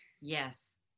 Yes